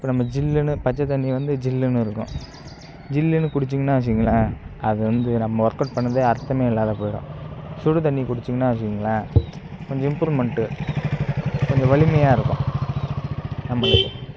இப்போ நம்ம ஜில்லுனு பச்சைத் தண்ணி வந்து ஜில்லுனு இருக்கும் ஜில்லுன்னு குடிச்சிங்கன்னால் வச்சுங்களேன் அது வந்து நம்ம ஒர்க் அவுட் பண்ணிணதே அர்த்தமே இல்லாது போய்விடும் சுடு தண்ணி குடிச்சிங்கன்னால் வச்சுங்களேன் கொஞ்சம் இம்ப்ரூவ்மெண்டு கொஞ்சம் வலிமையாக இருக்கும் நம்மளுக்கு